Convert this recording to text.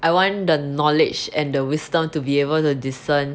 I want the knowledge and the wisdom to be able to discern